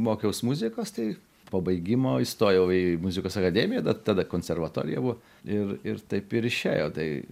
mokiaus muzikos tai po baigimo įstojau į muzikos akademiją dar tada konservatorija buvo ir ir taip ir išėjo tai